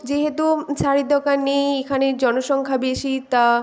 যেহেতু শাড়ির দোকান নেই এখানের জনসংখ্যা বেশি তা